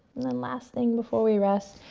and then last thing before we rest,